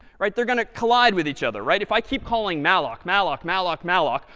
right, they're going to collide with each other. right? if i keep calling malloc, malloc, malloc, malloc,